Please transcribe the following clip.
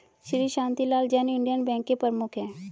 Shri Shantilal Jain Indian bank के प्रमुख है